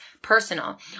personal